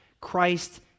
Christ